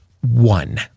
one